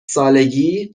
سالگی